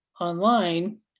online